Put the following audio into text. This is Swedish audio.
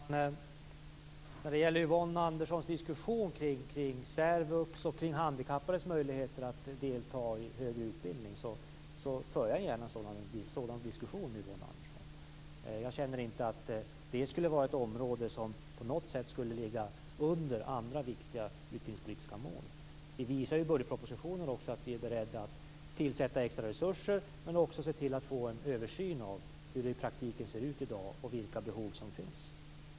Fru talman! Jag för gärna en diskusson med Yvonne Andersson kring särvux och handikappades möjligheter att delta i högre utbildning. Jag känner inte att det skulle vara ett område som på något sätt skulle ligga under andra viktiga utbildningspolitiska mål. Vi visar i budgetpropositionen att vi är beredda att tillsätta extra resurser, men också att vi vill se till att få en översyn av hur det i praktiken ser ut i dag och vilka behov som finns.